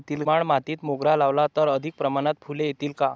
मुरमाड मातीत मोगरा लावला तर अधिक प्रमाणात फूले येतील का?